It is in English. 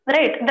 Right